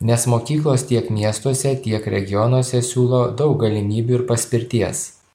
nes mokyklos tiek miestuose tiek regionuose siūlo daug galimybių ir paspirties